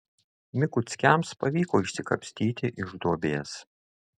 mikuckiams pavyko išsikapstyti iš duobės